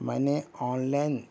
میں نے آنلائن